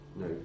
no